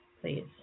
please